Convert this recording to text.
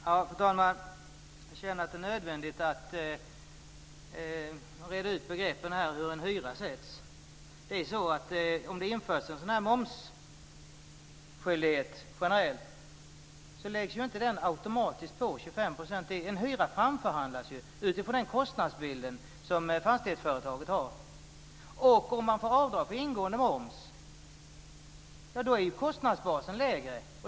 Fru talman! Jag känner att det är nödvändigt att reda ut begreppen om hur en hyra sätts. Om en generell momsskyldighet införs så läggs den inte automatiskt på med 25 %. En hyra framförhandlas utifrån den kostnadsbild som fastighetsföretaget har. Om man får avdrag för ingående moms är ju kostnadsbasen lägre.